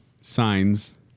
Signs